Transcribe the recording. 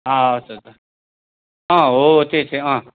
हवस् हजुर अँ हो त्यो चाहिँ अँ